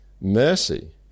mercy